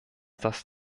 das